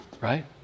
right